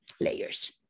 layers